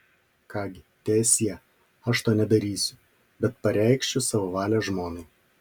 ką gi teesie aš to nedarysiu bet pareikšiu savo valią žmonai